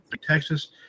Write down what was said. Texas